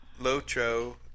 Lotro